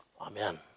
Amen